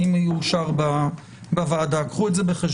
של הסדר כל כך אסטרטגי בעניין זכויות